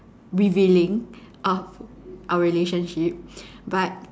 revealing of our relationship but